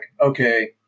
okay